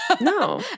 No